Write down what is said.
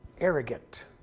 arrogant